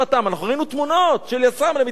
אנחנו ראינו תמונות של יס"מ על מתנחלים,